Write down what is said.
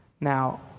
Now